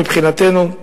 מבחינתנו,